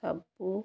ସବୁ